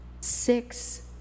Six